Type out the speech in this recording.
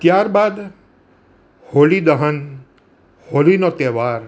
ત્યાર બાદ હોળી દહન હોળીનો તહેવાર